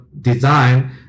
design